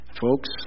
Folks